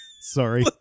Sorry